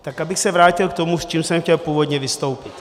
Tak abych se vrátil k tomu, s čím jsem chtěl původně vystoupit.